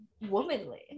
womanly